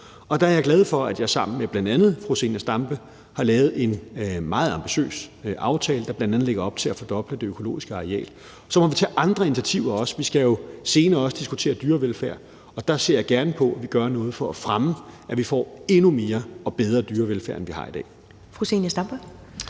Der er jeg glad for, at jeg sammen med bl.a. fru Zenia Stampe har lavet en meget ambitiøs aftale, der bl.a. lægger op til at fordoble det økologiske areal. Så må vi tage andre initiativer også. Vi skal jo senere også diskutere dyrevelfærd, og der ser jeg gerne på, at vi gør noget for at fremme, at vi får endnu mere og bedre dyrevelfærd, end vi har i dag. Kl. 10:14 Første